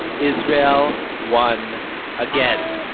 israel won again